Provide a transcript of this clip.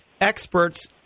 experts